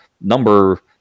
number